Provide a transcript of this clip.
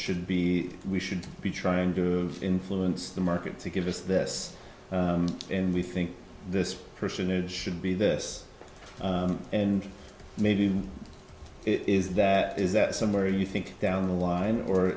should be we should be trying to influence the market to give us this and we think this person there should be this and maybe it is that is that somewhere you think down the